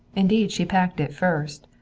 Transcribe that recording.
indeed she packed it first.